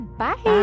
bye